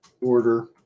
order